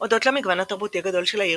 הודות למגוון התרבותי הגדול של העיר,